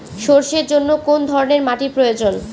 সরষের জন্য কোন ধরনের মাটির প্রয়োজন?